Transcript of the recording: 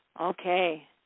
Okay